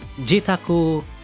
Jitaku